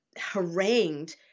harangued